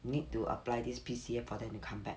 need to apply this P_C_A for them to come back